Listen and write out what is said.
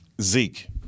Zeke